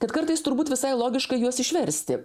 kad kartais turbūt visai logiška juos išversti